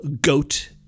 Goat